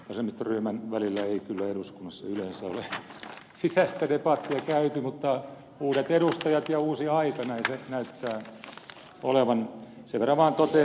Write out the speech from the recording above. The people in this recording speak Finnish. vasemmistoryhmän välillä ei kyllä eduskunnassa yleensä ole sisäistä debattia käyty mutta uudet edustajat ja uusi aika näin se näyttää olevan